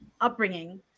upbringing